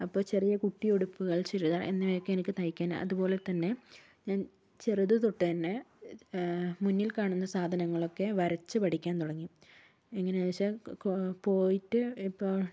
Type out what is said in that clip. അപ്പൊൾ ചെറിയ കുട്ടിയുടുപ്പുകൾ ചുരിദാര് എന്നിവയൊക്കെ എനിക്ക് തയ്ക്കാൻ അതുപോലെത്തന്നെ ഞാൻ ചെറുതു തൊട്ടുതന്നെ മുന്നിൽ കാണുന്ന സാധാനങ്ങളൊക്കെ വരച്ച് പഠിക്കാൻ തുടങ്ങി എങ്ങനാവെച്ചാ പോയിട്ട് ഇപ്പൊൾ